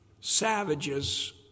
savages